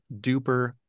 duper